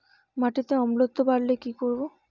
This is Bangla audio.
মাটিতে অম্লত্ব বাড়লে কি করব?